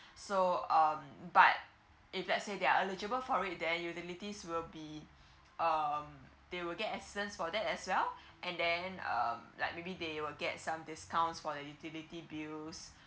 so um but if let's say they are eligible for it then utilities will be um they will get assistant for that as well and then um like maybe they will get some discounts for the utility bills